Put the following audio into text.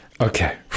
Okay